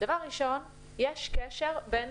דבר ראשון, יש קשר בין